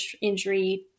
injury